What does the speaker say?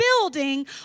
building